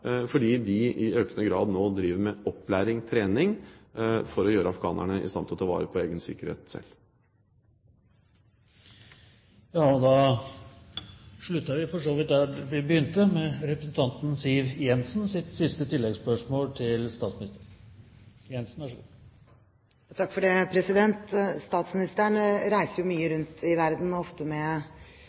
fordi de i økende grad nå driver med opplæring og trening for å gjøre afghanerne i stand til å ta vare på egen sikkerhet selv. Da slutter vi for så vidt der vi begynte. Siv Jensen – til oppfølgingsspørsmål. Statsministeren reiser jo mye rundt i verden, ofte med store sjekker i lommen. Mitt spørsmål er om han snart kunne tenke seg å reise til Afghanistan, men da med